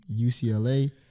UCLA